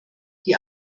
die